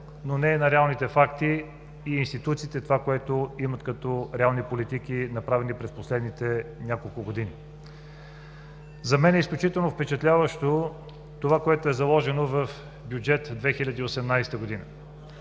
но не и на реалните факти и институциите – това, което имат като реални политики, направени през последните няколко години. За мен е изключително впечатляващо това, което е заложено в Бюджет 2018 г.